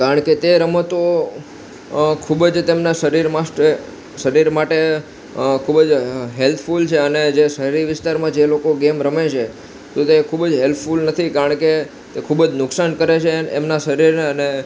કારણ કે તે રમતો ખૂબ જ તેમનાં શરીર શરીર માટે ખૂબ જ હેલ્થફૂલ છે અને જે શહેરી વિસ્તારમાં જે લોકો ગેમ રમે છે તો તે ખૂબ જ હેલ્પફૂલ નથી કારણ કે તે ખૂબ જ નુકસાન કરે છે એમનાં શરીરને અને